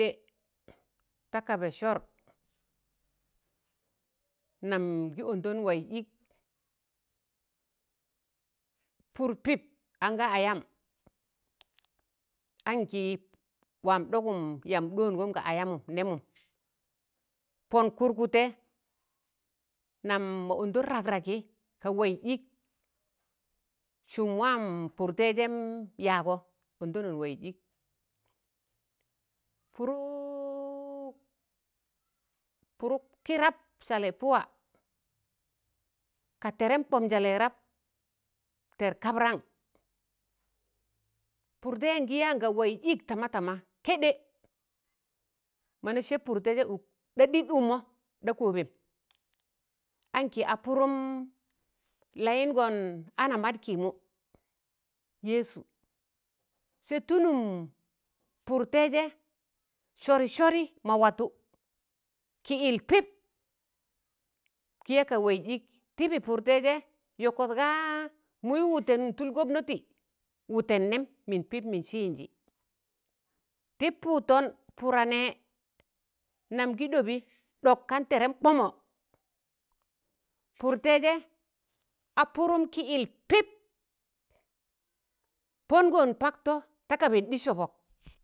ta kaba sọr nam gi ọndụn waịz ịk pụr pip anga ayam, anki waam ɗọgụm yamb ɗọọngọm ga ayamụm nemụm pọn kụrgụte nam mọ ọndan rag ragi ga waịz ik sụm waam pụrteijem yaagọ ọndanọn waịz ịk pụrụụ pụrrụ kịrab sali pụwa ka terem kpọm sali rab ter kabran, pụr tẹẹ ngi yaanga waịz ịk tama tama keɗe mọ na sẹb pụrụ teije ụk da ɗit ụkmọ da kọọbem anki a pụrụm layingọn ana mad kiimụ yẹsụ sẹ tụlụm pụrụ tẹijẹ sọri sọri mọ watụ ki ịl pip ki ya ka waiz ịk tibi pụr tẹijẹ yọkọt ga mụi wụtenụn tụl gomnati wụten nem min pip min siinji tib pụdtọn pụra ne nam gi ɗọbi ɗọk kan terem kpọmọ pụr tẹijẹ a pụrụm ki yịl pip pọngọn paktọ tạ kaaban ɗ̣ị sọbọk.